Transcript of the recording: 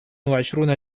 وعشرون